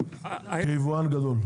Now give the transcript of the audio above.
מבחינתך כיבואן גדול?